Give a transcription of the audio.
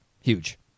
huge